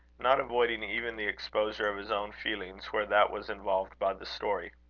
not avoiding even the exposure of his own feelings, where that was involved by the story.